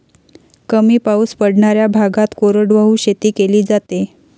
कमी पाऊस पडणाऱ्या भागात कोरडवाहू शेती केली जाते